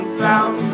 found